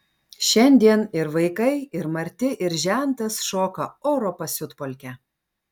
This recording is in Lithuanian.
šiandien ir vaikai ir marti ir žentas šoka oro pasiutpolkę